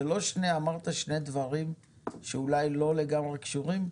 --- אמרת שני דברים שאולי לא לגמרי קשורים.